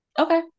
Okay